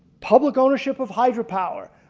public ownership of hydro power.